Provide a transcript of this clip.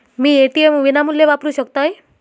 मी ATM विनामूल्य वापरू शकतय?